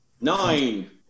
Nine